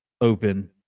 Open